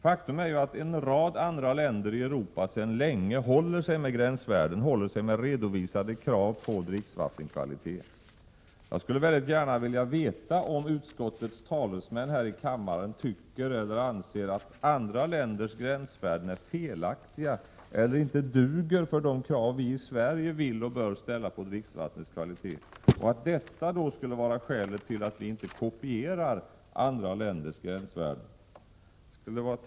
Faktum är ju att en rad andra länder i Europa sedan länge håller sig med gränsvärden, håller sig med redovisade krav på dricksvattenkvalitet. Jag skulle mycket gärna vilja veta om utskottets talesmän här i kammaren anser att andra länders gränsvärden är felaktiga eller inte duger för de krav vi i Sverige vill och bör ställa på dricksvattnets kvalitet, och att detta är skälet till att vi inte kopierar andra länders gränsvärden. Herr talman!